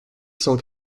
cent